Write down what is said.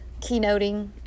keynoting